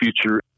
future